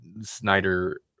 Snyder